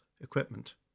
equipment